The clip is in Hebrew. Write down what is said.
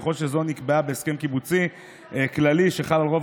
ככל שזו נקבעה בהסכם קיבוצי כללי שחל על רוב